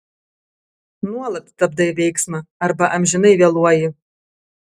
nuolat stabdai veiksmą arba amžinai vėluoji